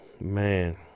man